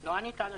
לא ענית לשאלה.